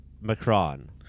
Macron